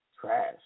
Trash